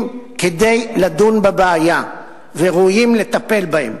כדי לדון בבעיה וראויים כדי לטפל בה.